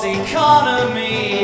economy